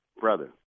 brother